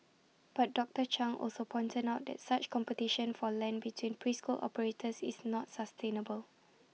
but doctor chung also pointed out that such competition for land between preschool operators is not sustainable